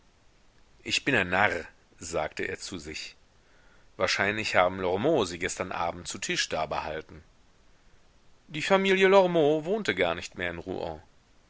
ich bin ein narr sagte er zu sich wahrscheinlich haben lormeaux sie gestern abend zu tisch dabehalten die familie lormeaux wohnte gar nicht mehr in rouen